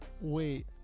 wait